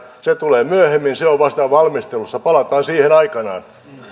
se tulee myöhemmin se on vasta valmistelussa palataan siihen aikanaan